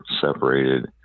separated